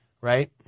right